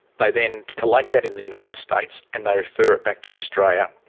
they then collate that in the united states and they refer it back to australia.